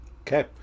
Okay